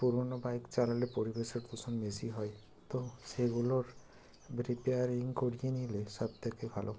পুরোনো বাইক চালালে পরিবেশের দূষণ বেশি হয় তো সেগুলোর রিপেয়ারিং করিয়ে নিলে সব থেকে ভালো